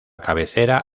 cabecera